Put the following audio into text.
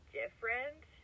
different